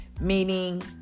meaning